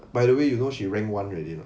by the way you know she rank one already